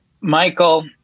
Michael